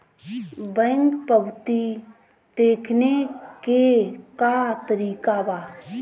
Bank पवती देखने के का तरीका बा?